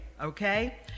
okay